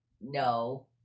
no